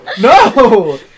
no